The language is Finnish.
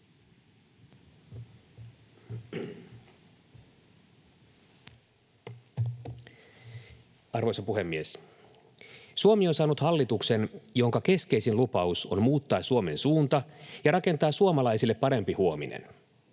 Arvoisa puhemies! Suomi on saanut hallituksen, jonka keskeisin lupaus on muuttaa Suomen suunta ja rakentaa suomalaisille parempi huominen.